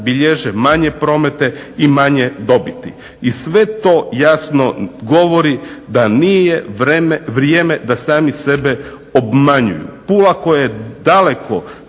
bilježe manje promete i manje dobiti i sve to jasno govori da nije vrijeme da sami sebe obmanjuju. Pula koja je daleko